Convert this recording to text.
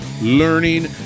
learning